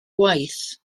gwaith